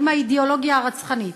עם האידיאולוגיה הרצחנית.